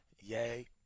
Yay